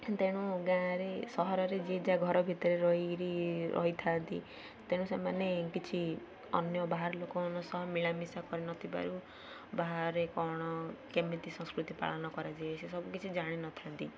ତେଣୁ ଗାଁରେ ସହରରେ ଯିଏ ଯାହା ଘର ଭିତରେ ରହିରି ରହିଥାନ୍ତି ତେଣୁ ସେମାନେ କିଛି ଅନ୍ୟ ବାହାର ଲୋକମାନଙ୍କ ସହ ମିଳାମିଶା କରିନଥିବାରୁ ବାହାରେ କ'ଣ କେମିତି ସଂସ୍କୃତି ପାଳନ କରାଯାଏ ସେ ସବୁକିଛି ଜାଣିନଥାନ୍ତି